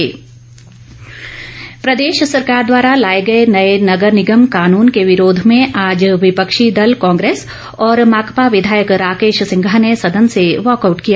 walkout प्रदेश सरकार द्वारा लाए गए नए नगर निगम कानून के विरोध में आज विपक्षी दल कांग्रेस और माकपा विधायक राकेश सिंघा ने सदन से वाकआउट किया